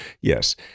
Yes